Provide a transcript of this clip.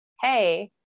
hey